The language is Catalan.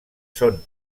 són